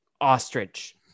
Ostrich